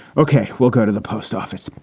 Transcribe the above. ok. we'll go to the post office.